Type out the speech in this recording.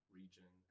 region